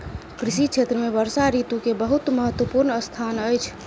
कृषि क्षेत्र में वर्षा ऋतू के बहुत महत्वपूर्ण स्थान अछि